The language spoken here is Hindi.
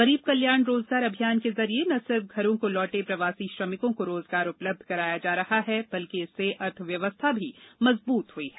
गरीब कल्याण रोजगार अभियान के जरिए न सिर्फ घरों को लौटे प्रवासी श्रमिकों को रोजगार उपलब्ध कराया जा रहा है बल्कि इससे अर्थव्यवस्था भी मजबूत हई है